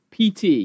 PT